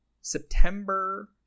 september